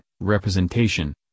representation